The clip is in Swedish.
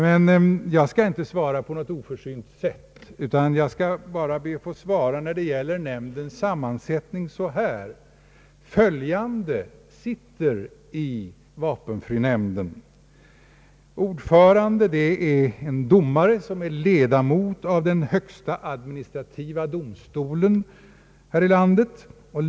Men jag skall inte svara på något oförsynt sätt, utan jag skall bara när det gäller nämndens ammansättning be att få säga, att följande sitter i vapenfrinämnden: Ordförande är en domare som är ledamot av den högsta administrativa domstolen här i landet.